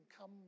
come